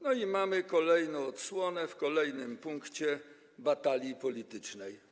No i mamy kolejną odsłonę, w kolejnym punkcie, batalii politycznej.